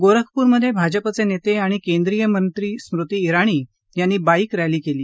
गोरखपूरमध्ये भाजपचे नेते आणि केंद्रीय मंत्री स्मृति ईरानी यांनी बा कि रैली केली